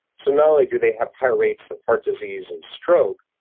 so not only do they have higher rates of heart disease and stroke,